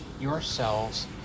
yourselves